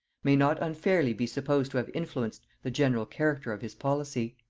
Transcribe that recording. may not unfairly be supposed to have influenced the general character of his policy.